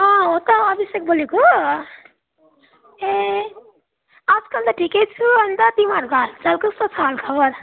अँ हो त अभिषेक बोलेको ए आजकल त ठिकै छु अन्त तिमीहरूको हालचाल कस्तो छ हालखबर